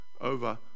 over